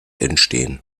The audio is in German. entstehen